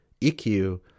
EQ